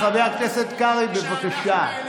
חבר הכנסת קרעי, בבקשה.